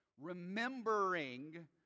remembering